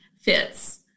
fits